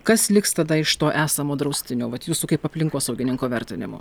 kas liks tada iš to esamo draustinio vat jūsų kaip aplinkosaugininko vertinimu